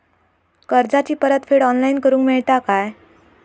कर्जाची परत फेड ऑनलाइन करूक मेलता काय?